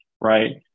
right